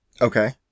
Okay